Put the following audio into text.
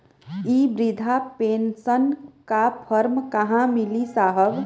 इ बृधा पेनसन का फर्म कहाँ मिली साहब?